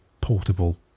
portable